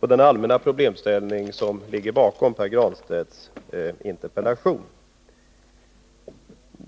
på den allmänna problemställning som ligger bakom Pär Granstedts interpellation.